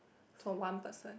for one person